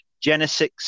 Genesis